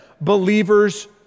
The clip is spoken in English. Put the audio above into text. believers